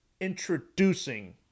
introducing